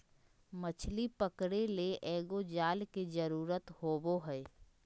मछली पकरे ले एगो जाल के जरुरत होबो हइ